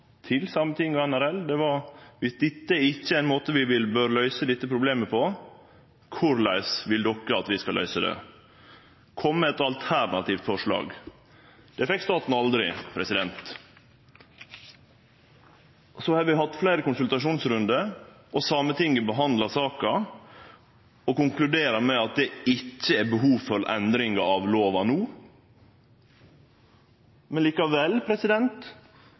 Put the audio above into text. til Sametinget og NRL at om dette ikkje er ein måte vi bør løyse problemet på, korleis vil de at vi skal løyse det? Kom med eit alternativt forslag. Det fekk staten aldri. Vi har hatt fleire konsultasjonsrundar, og Sametinget har behandla saka og konkludert med at det ikkje er behov for endringar av lova no, men